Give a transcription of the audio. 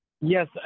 Yes